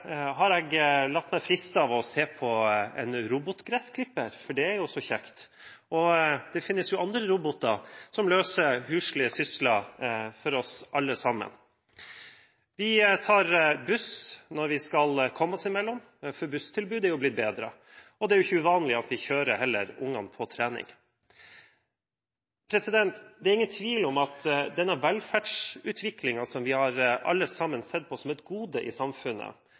har jeg latt meg friste av å se på en robotgressklipper, for det er jo så kjekt – og det finnes andre roboter som løser huslige sysler for oss alle sammen. Vi tar buss når vi skal komme oss imellom, for busstilbudet er blitt bedre. Det er heller ikke uvanlig at vi kjører ungene på trening. Det er ingen tvil om at denne velferdsutviklingen som vi alle sammen har sett på som et gode i samfunnet,